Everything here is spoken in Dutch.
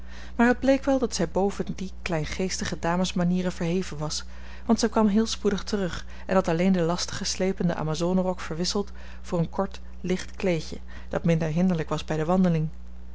maar het bleek wel dat zij boven die kleingeestige damesmanieren verheven was want zij kwam heel spoedig terug en had alleen den lastigen sleependen amazonerok verwisseld voor een kort licht kleedje dat minder hinderlijk was bij de wandeling